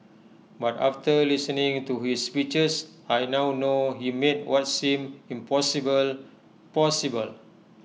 but after listening to his speeches I now know he made what seemed impossible possible